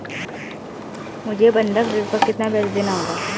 मुझे बंधक ऋण पर कितना ब्याज़ देना होगा?